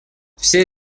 все